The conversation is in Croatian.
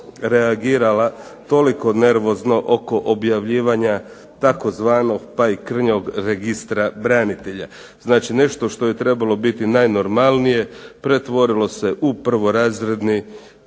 reagirala toliko nervozno oko objavljivanja tzv. pa i krnjog registra branitelja. Znači nešto što je trebalo biti najnormalnije pretvorilo se u prvorazredni